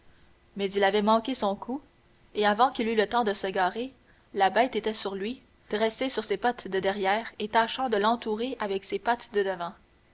mais il avait manqué son coup et avant qu'il eut le temps de se garer la bête était sur lui dressée sur ses pattes de derrière et tâchant de lentourer avec ses pattes de devant